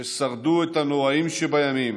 ששרדו בנוראים שבימים